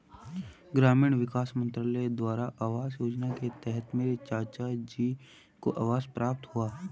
ग्रामीण विकास मंत्रालय द्वारा आवास योजना के तहत मेरे चाचाजी को आवास प्राप्त हुआ